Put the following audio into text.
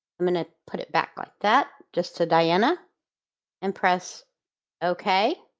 i'm going to put it back like that just to diana and press ok.